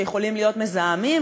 שיכולים להיות מזהמים,